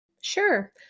Sure